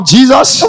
Jesus